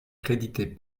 créditée